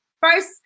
first